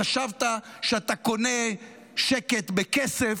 חשבת שאתה קונה שקט בכסף,